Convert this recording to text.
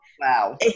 wow